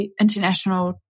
international